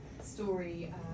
story